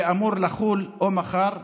שאמור לחול או מחר,